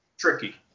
Tricky